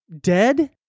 dead